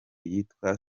yitwa